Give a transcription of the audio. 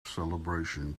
celebration